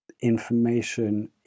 information